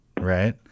Right